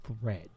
thread